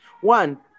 One